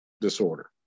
disorder